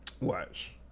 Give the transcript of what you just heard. watch